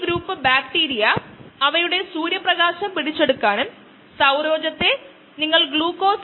പ്രശ്നം ഉള്ള ബാച്ച് ബയോ റിയാക്ടറുകളിൽ ഇനോകുലം സാന്ദ്രത ലിറ്ററിനു 0